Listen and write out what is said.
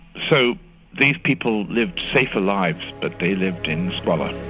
so these people lived safer lives, but they lived in squalor.